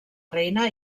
reina